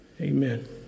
Amen